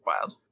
wild